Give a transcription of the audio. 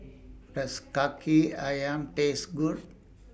Does Kaki Ayam Taste Good